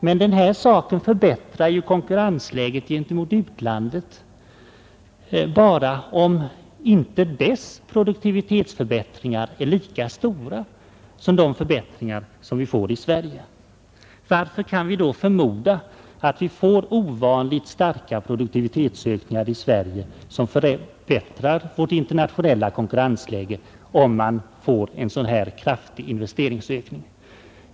Men detta förbättrar ju konkurrensläget gentemot utlandet bara om produktivitetsförbättringarna där inte är lika stora som de förbättringar som vi får i Sverige. Varför kan vi då förmoda att vi får ovanligt starka produktivitetsökningar i Sverige, som förbättrar vårt internationella konkurrensläge?